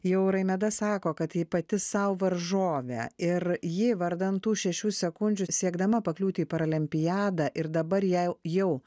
jau raimeda sako kad ji pati sau varžovė ir ji vardan tų šešių sekundžių siekdama pakliūti į parolimpiadą ir dabar jei jau